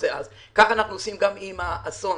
כך אנחנו עושים גם עם האסון